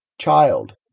Child